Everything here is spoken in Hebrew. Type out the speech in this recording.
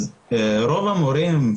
רוב המורים,